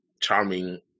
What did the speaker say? charming